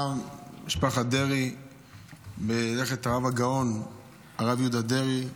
דרעי בלכתו של הרב הגאון הרב יהודה דרעי,